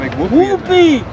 Whoopi